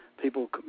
People